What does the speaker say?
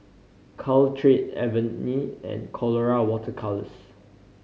Caltrate Avene and Colora Water Colours